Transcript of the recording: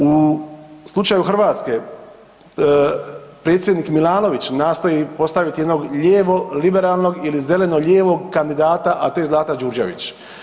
U slučaju Hrvatske predsjednik Milanović nastoji postavit jednog lijevo liberalnog ili zeleno lijevog kandidata, a to je Zlata Đurđević.